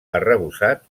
arrebossat